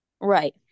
Right